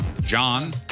John